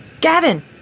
Gavin